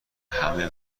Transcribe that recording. همه